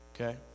Okay